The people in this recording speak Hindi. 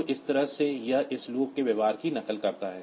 तो इस तरह से यह इस लूप के व्यवहार की नकल करता है